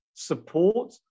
support